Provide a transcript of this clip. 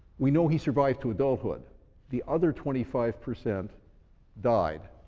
we know he survived to adulthood the other twenty five percent died.